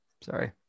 sorry